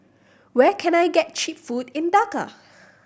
where can I get cheap food in Dhaka